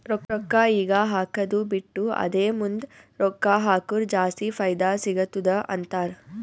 ರೊಕ್ಕಾ ಈಗ ಹಾಕ್ಕದು ಬಿಟ್ಟು ಅದೇ ಮುಂದ್ ರೊಕ್ಕಾ ಹಕುರ್ ಜಾಸ್ತಿ ಫೈದಾ ಸಿಗತ್ತುದ ಅಂತಾರ್